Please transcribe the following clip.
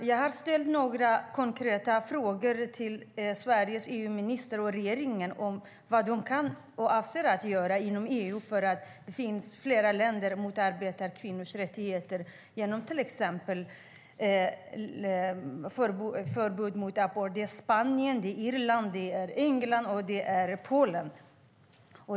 Jag har ställt några konkreta frågor till Sveriges EU-minister och till regeringen om vad de avser att göra inom EU när flera länder motarbetar kvinnors rättigheter genom till exempel förbud mot abort, som Spanien, Irland, England och Polen.